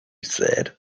said